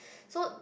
so